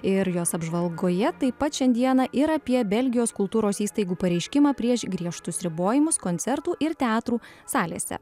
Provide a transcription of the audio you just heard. ir jos apžvalgoje taip pat šiandieną ir apie belgijos kultūros įstaigų pareiškimą prieš griežtus ribojimus koncertų ir teatrų salėse